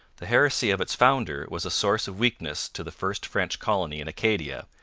the heresy of its founder was a source of weakness to the first french colony in acadia,